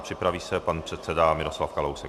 Připraví se pan předseda Miroslav Kalousek.